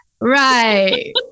right